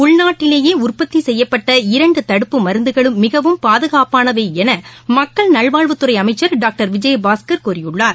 உள்நாட்டிலேயேஉற்பத்திசெய்யப்பட்ட இரண்டுதடுப்பு மருந்துகளும் மிகவும் பாதுகாப்பானவைஎனமக்கள் நல்வாழ்வுத்துறைஅமைச்சர் டாக்டர் விஜயபாஸ்கர் கூறியுள்ளார்